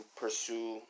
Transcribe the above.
pursue